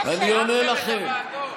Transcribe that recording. אני עונה לכם.